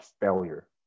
failure